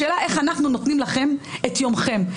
השאלה איך אנחנו נותנים לכם את יומכם,